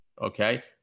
okay